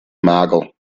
mager